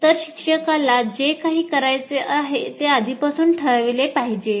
तर शिक्षकाला जे काही करायचे आहे ते आधीपासूनच ठरविले पाहिजे